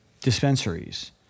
dispensaries